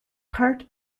part